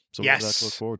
yes